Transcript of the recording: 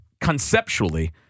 conceptually